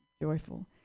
joyful